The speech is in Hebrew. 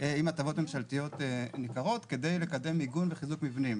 עם הטבות ממשלתיות ניכרות כדי לקדם מיגון וחיזוק מבנים.